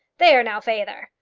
there now, feyther!